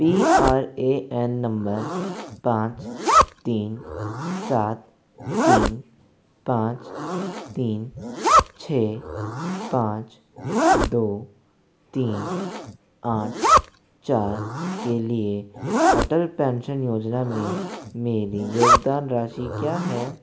P R A N number पाँच तीन सात तीन पाँच तीन छः पाँच दो तीन आठ चार के लिए अटल पेंशन योजना में मेरी योगदान राशि क्या है